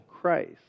Christ